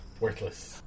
worthless